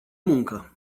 muncă